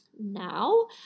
now